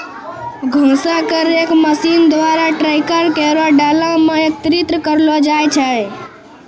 घासो क rake machine द्वारा ट्रैकर केरो डाला म एकत्रित करलो जाय छै